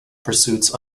pursuits